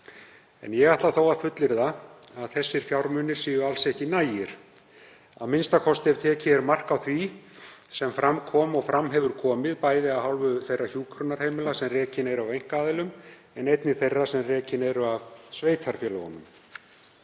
Ég ætla þó að fullyrða að þessir fjármunir séu alls ekki nægir, a.m.k. ekki ef tekið er mark á því sem fram kom og fram hefur komið, bæði af hálfu þeirra hjúkrunarheimila sem rekin eru af einkaaðilum en einnig þeirra sem rekin eru af sveitarfélögunum.